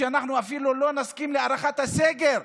אנחנו אפילו לא נסכים להארכת הסגר?